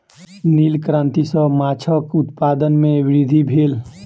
नील क्रांति सॅ माछक उत्पादन में वृद्धि भेल